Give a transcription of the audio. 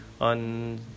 on